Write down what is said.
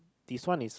this one is